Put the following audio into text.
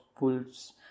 wolves